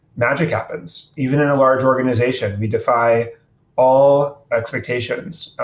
magic happens. even in a large organization, we defy all expectations.